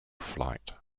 flight